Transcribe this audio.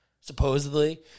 supposedly